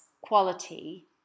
quality